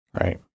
Right